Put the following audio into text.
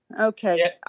Okay